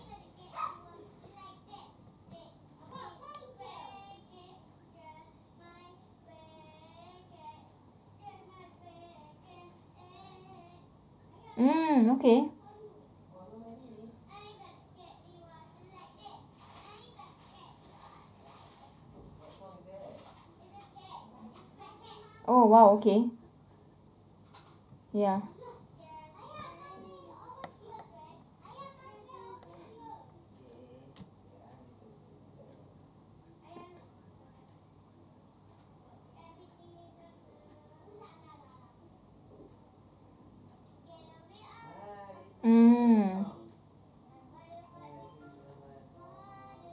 mm okay [oh} !wow! okay ya mm